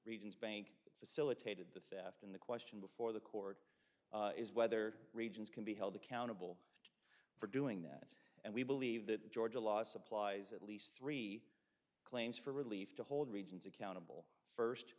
region's bank facilitated the theft and the question before the court is whether regions can be held accountable for doing that and we believe that georgia law supplies at least three claims for relief to hold regions accountable first